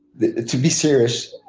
to be serious,